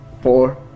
Four